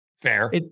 Fair